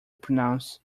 pronounce